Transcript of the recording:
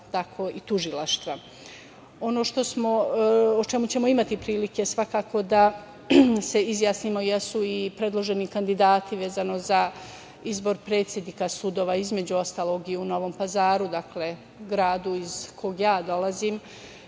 tako i tužilaštva. Ono o čemu ćemo imati prilike svakako da se izjasnimo jesu i predloženi kandidati vezano za izbor predsednika sudova, između ostalog i u Novom Pazaru. Dakle, grad iz koga ja dolazim.